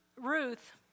Ruth